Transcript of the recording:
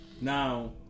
Now